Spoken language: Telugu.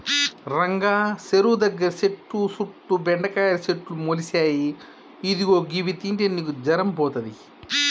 రంగా సెరువు దగ్గర సెట్టు సుట్టు బెండకాయల సెట్లు మొలిసాయి ఇదిగో గివి తింటే నీకు జరం పోతది